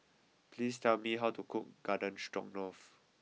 please tell me how to cook Garden Stroganoff